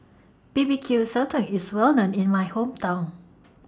B B Q Sotong IS Well known in My Hometown